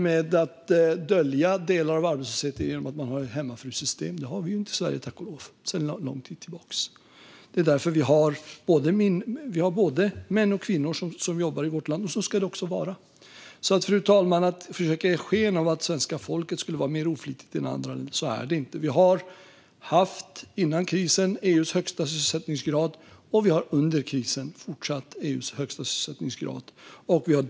Man kan dölja delar av arbetslösheten genom att ha ett hemmafrusystem, något vi tack och lov inte har i Sverige sedan lång tid tillbaka. I vårt land jobbar både män och kvinnor, och så ska det också vara. Fru talman! Att försöka ge sken av att svenska folket är mer oflitigt än andra är fel. Före krisen hade vi EU:s högsta sysselsättningsgrad, och nu under krisen har vi fortfarande EU:s högsta sysselsättningsgrad.